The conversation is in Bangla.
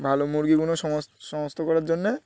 ভালো মুরগিগুলো সমস সমস্ত করার জন্যে